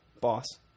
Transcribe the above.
boss